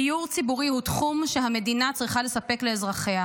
דיור ציבורי הוא תחום שהמדינה צריכה לספק לאזרחיה.